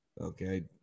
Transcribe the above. okay